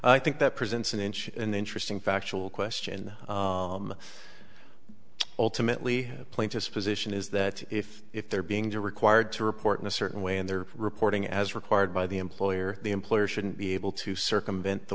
i think that presents an inch an interesting factual question ultimately plaintiff's position is that if if they're being to required to report in a certain way in their reporting as required by the employer the employer shouldn't be able to circumvent the